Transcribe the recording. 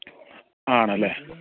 ആണല്ലേ